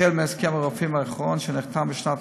החל מהסכם הרופאים האחרון שנחתם בשנת